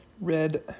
red